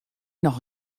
noch